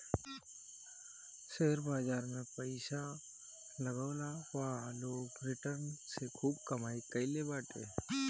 share बाजार में पईसा लगवला पअ लोग रिटर्न से खूब कमाई कईले बाटे